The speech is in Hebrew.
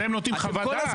אבל הם נותנים חוות דעת.